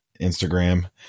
Instagram